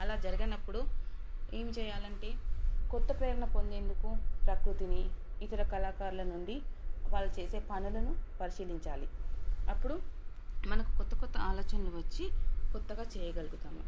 అలా జరగినప్పుడు ఏం చేయాలంటే కొత్త ప్రేరణ పొందేందుకు ప్రకృతిని ఇతర కళాకారుల నుండి వాళ్ళు చేసే పనులను పరిశీలించాలి అప్పుడు మనకు కొత్త కొత్త ఆలోచనలు వచ్చి కొత్తగా చేయగలుగుతాము